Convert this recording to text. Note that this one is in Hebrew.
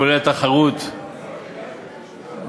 כולל תחרות בבנקים.